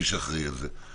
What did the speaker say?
מי שאחראי על זה.